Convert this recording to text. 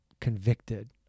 convicted